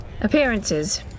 Appearances